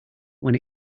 when